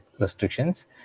restrictions